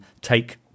take